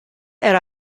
era